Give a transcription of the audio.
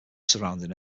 surrounding